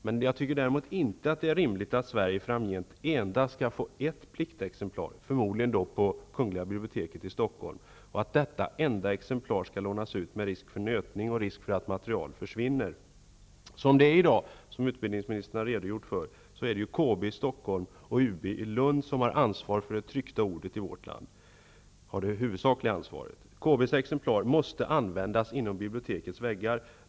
Men jag tycker inte att det är rimligt att Sverige framgent endast skall få ett pliktexemplar, förmodligen på Kungl. biblioteket i Stockholm, och att detta enda exemplar skall lånas ut, med risk för nötning och för att material försvinner. Som det är i dag har KB i Stockholm och UB i Lund det huvudsakliga ansvaret för det tryckta ordet i vårt land, som utbildningsministern har redogjort för. KB:s exemplar måste användas inom bibliotekets väggar.